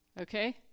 Okay